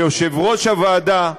ליושב-ראש הוועדה,